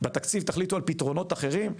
בתקציב תחליטו על פתרונות אחרים?